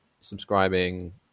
subscribing